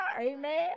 Amen